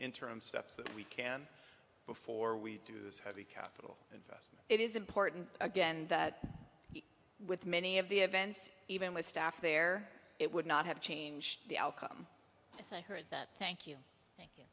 interim steps that we can before we do this heavy capital investment it is important again that with many of the events even with staff there it would not have changed the outcome i heard that thank you thank you